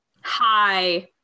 Hi